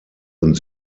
und